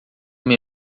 uma